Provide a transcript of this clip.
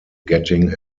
getting